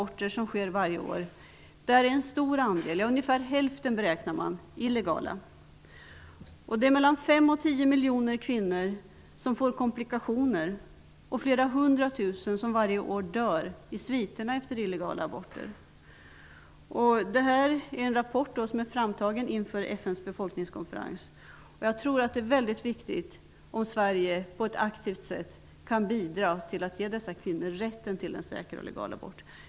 Frågan är viktig, inte minst eftersom man beräknar att ungefär hälften av de 40--60 miljoner aborter som sker varje år är illegala. Mellan 5 och 10 miljoner kvinnor får komplikationer. Flera hundra tusen dör varje år i sviterna efter illegala aborter. Detta visar en rapport som är framtagen inför FN:s befolkningskonferens. Jag tror att det är väldigt viktig att Sverige på ett aktivt sätt bidrar till att ge dessa kvinnor rätten till en säker och illegal abort.